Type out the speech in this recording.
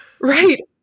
Right